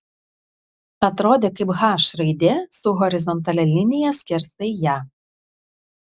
atrodė kaip h raidė su horizontalia linija skersai ją